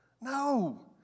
no